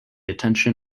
attention